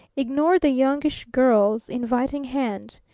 ignored the youngish girl's inviting hand,